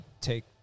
take